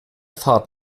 fahrt